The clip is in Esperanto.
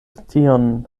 tion